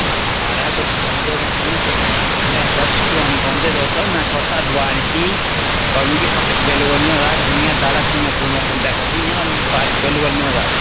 महाराज तुस बौंह्दे ते हैन तुस जित्थे बौंह्दे आदर्श कालोनी बौंह्दे पर में थुआढ़े शा दोआ लित्ती होर मिगी फर्क बिलकुल नी होएया जियां दाड़ा पूरियां कुन्दे खाद्धी दियां होर मिगी फर्क बिलकुल नी होए दा